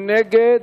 מי נגד?